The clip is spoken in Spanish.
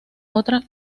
otra